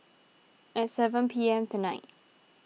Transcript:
at seven P M tonight